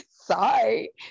Sorry